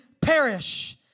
perish